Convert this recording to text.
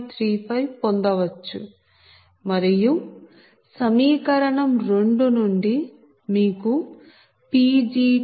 35 పొందవచ్చ మరియు సమీకరణం నుండి మీకు Pg21